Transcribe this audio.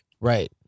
Right